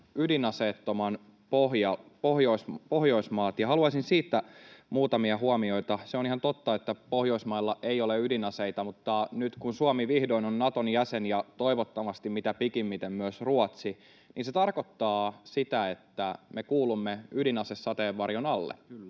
ydinaseettomat Pohjoismaat, ja haluaisin sanoa siitä muutamia huomioita. Se on ihan totta, että Pohjoismailla ei ole ydinaseita, mutta nyt kun Suomi vihdoin on Naton jäsen ja toivottavasti mitä pikimmiten myös Ruotsi, niin se tarkoittaa sitä, että me kuulumme ydinasesateenvarjon alle,